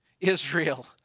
Israel